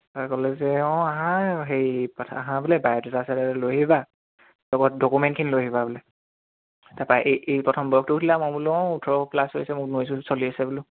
তাৰ ক'লে যে অঁ আহা হেৰি কথা আহা বোলে বায়'ডাটা চায়ডাটা লৈ আহিবা লগত ডকুমেণ্টখিনি লৈ আহিবা বোলে তাৰপৰা এই এই প্ৰথম বয়সটো সুধিলে মই বোলো অঁ ওঠৰ প্লাছ হৈছে মোৰ ঊনৈছ চলি আছে বোলো